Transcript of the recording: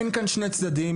אין כאן שני צדדים.